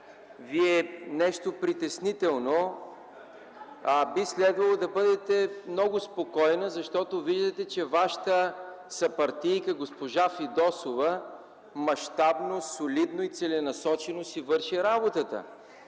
Ви е нещо притеснително. (Оживление.) А би следвало да бъдете много спокойна, защото виждате, че Вашата съпартийка госпожа Фидосова мащабно, солидно и целенасочено си върши работата.